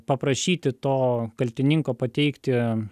paprašyti to kaltininko pateikti